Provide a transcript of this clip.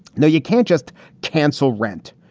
no, you can't just cancel rent,